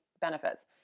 benefits